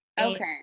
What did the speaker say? Okay